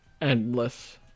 Endless